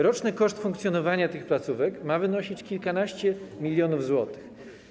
Roczny koszt funkcjonowania tych placówek ma wynosić kilkanaście milionów złotych.